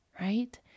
right